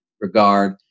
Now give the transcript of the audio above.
regard